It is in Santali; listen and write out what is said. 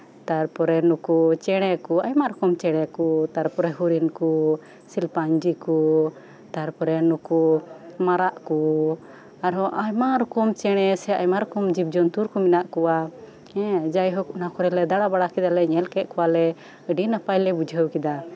ᱛᱟᱨᱯᱚᱨᱮ ᱪᱮᱬᱮ ᱠᱚ ᱟᱭᱢᱟ ᱨᱚᱠᱚᱢ ᱪᱮᱬᱮ ᱠᱚ ᱛᱟᱨᱯᱚᱨᱮ ᱦᱚᱨᱚᱱ ᱠᱚ ᱥᱤᱞᱯᱟᱧᱡᱤ ᱠᱚ ᱛᱟᱨᱯᱚᱨᱮ ᱱᱩᱠᱩ ᱢᱟᱨᱟᱜ ᱠᱚ ᱟᱨᱚ ᱟᱭᱢᱟ ᱨᱚᱠᱚᱢ ᱪᱮᱬᱮ ᱥᱮ ᱡᱤᱵ ᱡᱚᱱᱛᱩᱨ ᱠᱚ ᱢᱮᱱᱟᱜ ᱠᱚᱣᱟ ᱦᱮᱸ ᱡᱟᱭᱦᱳᱠ ᱚᱱᱟ ᱠᱚᱨᱮ ᱞᱮ ᱫᱟᱬᱟᱵᱟᱲᱟ ᱠᱮᱫᱟᱞᱮ ᱧᱮᱞ ᱠᱮᱜ ᱠᱚᱣᱟᱞᱮ ᱟᱹᱰᱤ ᱱᱟᱯᱟᱭᱞᱮ ᱵᱩᱡᱷᱟᱹᱣ ᱠᱮᱫᱟ